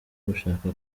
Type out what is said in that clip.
gushaka